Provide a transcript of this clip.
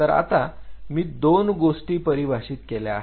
तर आता मी 2 गोष्टी परिभाषित केल्या आहेत